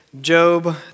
Job